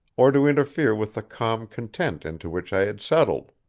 or to interfere with the calm content into which i had settled.